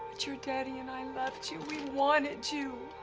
your daddy and i loved you, we wanted you.